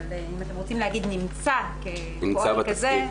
אבל אם אתם רוצים להגיד נמצא -- נמצא בתסקיר,